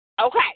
Okay